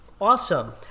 Awesome